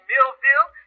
Millville